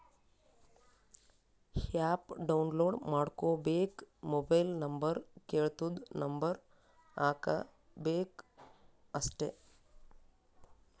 app download ಮಾಡ್ಕೋಬೇಕ್ mobile number ಕೆಳ್ತುದ್ number ಹಾಕಬೇಕ ಅಷ್ಟೇ